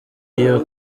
iyo